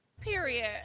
Period